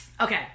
Okay